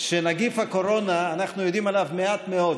שנגיף הקורונה, אנחנו יודעים עליו מעט מאוד.